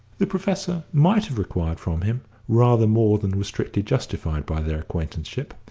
the professor might have required from him rather more than was strictly justified by their acquaintanceship,